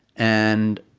and,